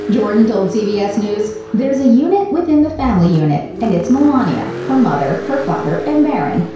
jordan told cbs news, there's a unit within the family unit, and it's melania, her mother, her father, and barron.